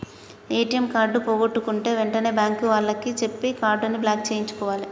ATM card పోగొట్టుకుంటే వెంటనే bank వాళ్లకి చెప్పి కార్డుని బ్లాక్ చేయించుకోవాలే